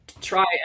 try